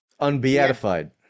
Unbeatified